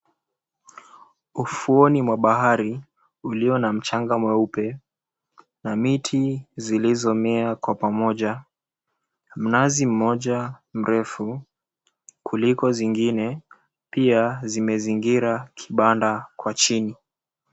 Ufuoni mwa bahari ulio na mchanga mweupe na miti zilizomea kwa pamoja, mnazi mmoja mrefu kuliko zingine pia zimezingira kibanda kwa chini.